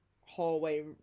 hallway